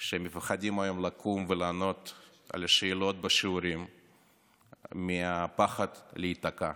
שמפחדים היום לקום ולענות על שאלות בשיעורים מהפחד להיתקע: